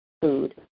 food